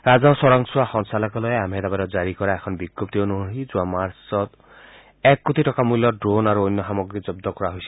ৰাজহ চোৰাংচোৱা সঞালকালয়ে আহমেদাবাদত জাৰি কৰা এখন বিজ্ঞপ্তি অনুসৰি যোৱা মাৰ্চত এক কোটি টকা মূল্যৰ ড্ৰোণ আৰু অন্য সামগ্ৰী জব্দ কৰা হৈছিল